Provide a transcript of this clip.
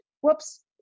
whoops